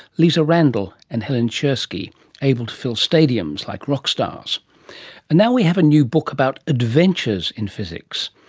lisa randall, and helen czerski able to fill stadiums like rock stars. and now we have a new book about adventures in physics.